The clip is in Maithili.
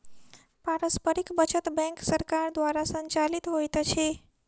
पारस्परिक बचत बैंक सरकार द्वारा संचालित होइत अछि